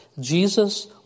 Jesus